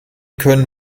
können